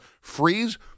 freeze